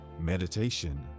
meditation